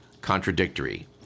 contradictory